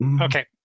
Okay